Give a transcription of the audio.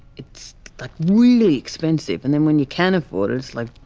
it's like really expensive. and then when you can afford it. it's, like,